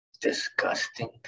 disgusting